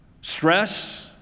stress